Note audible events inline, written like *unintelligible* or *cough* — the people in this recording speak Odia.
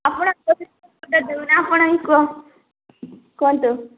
ଆପଣ *unintelligible* ଅର୍ଡ଼ର୍ ଦେବେ ନା ଆପଣ ହିଁ କୁହନ୍ତୁ କୁହନ୍ତୁ